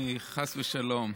חס ושלום.